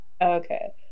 Okay